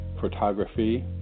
photography